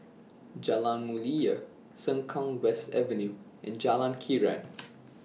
Jalan Mulia Sengkang West Avenue and Jalan Krian